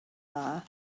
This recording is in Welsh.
dda